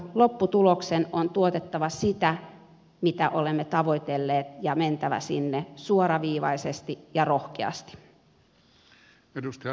lopputuloksen on tuotettava sitä mitä olemme tavoitelleet ja on mentävä sinne suoraviivaisesti ja rohkeasti